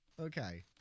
Okay